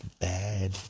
bad